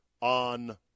on